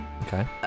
Okay